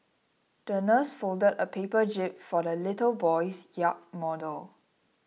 the nurse folded a paper jib for the little boy's yacht model